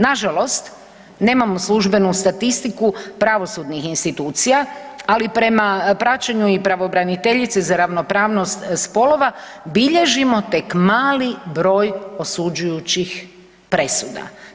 Nažalost nemamo službenu statistiku pravosudnih institucija, ali prema praćenju i pravobraniteljice za ravnopravnost spolova, bilježimo tek mali broj osuđujućih presuda.